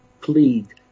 plead